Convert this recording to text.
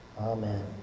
Amen